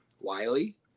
Wiley